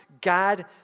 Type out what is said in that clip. God